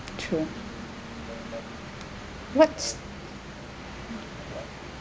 to what